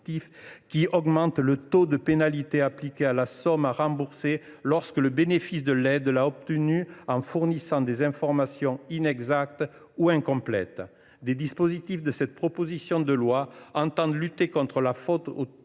à l’augmentation du taux de pénalité appliqué à la somme à rembourser lorsque le bénéficiaire de l’aide l’a obtenue en fournissant des informations inexactes ou incomplètes. Des dispositions de cette proposition de loi visent à lutter contre la fraude aux